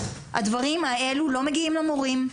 הדברים האלו לא מגיעים למורים,